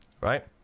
right